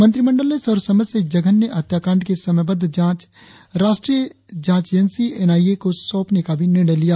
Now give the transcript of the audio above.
मंत्रिमंडन ने सर्वसम्मति से इस जघन्य हत्याकांड की समयबद्ध जांच राष्ट्रीय जांच एजेंसी एन आई ए को सौंपने क आभी निर्णय लिया